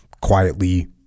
quietly